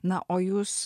na o jūs